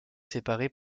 séparés